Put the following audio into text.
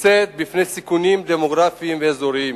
נמצאת בפני סיכונים דמוגרפיים ואזוריים,